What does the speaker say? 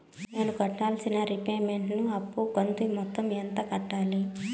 నేను కట్టాల్సిన రీపేమెంట్ ను అప్పు కంతు మొత్తం ఎంత కట్టాలి?